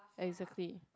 as a fit